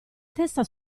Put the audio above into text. testa